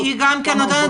כמה הדבקות.